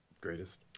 greatest